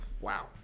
wow